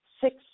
six